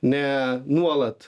ne nuolat